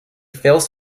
fails